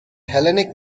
hellenic